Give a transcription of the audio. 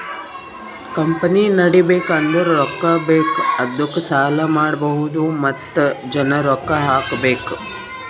company ನಡಿಬೇಕ್ ಅಂದುರ್ ರೊಕ್ಕಾ ಬೇಕ್ ಅದ್ದುಕ ಸಾಲ ಮಾಡ್ಬಹುದ್ ಮತ್ತ ಜನ ರೊಕ್ಕಾ ಹಾಕಬೇಕ್